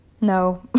No